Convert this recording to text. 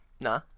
Nah